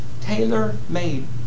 tailor-made